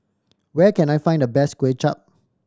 where can I find the best Kuay Chap